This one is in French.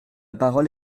parole